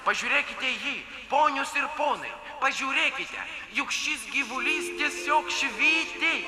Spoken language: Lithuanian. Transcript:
pažiūrėkite į jį ponios ir ponai pažiūrėkite juk šis gyvulys tiesiog švyti